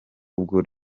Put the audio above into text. ubwo